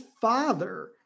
father